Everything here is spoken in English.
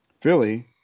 Philly